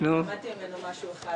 למדתי ממנו משהו אחד,